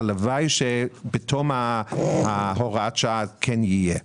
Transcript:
הלוואי שבתום הוראת השעה כן יהיה.